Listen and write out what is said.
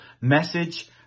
message